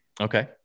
Okay